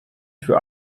für